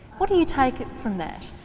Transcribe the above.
what do you take from that?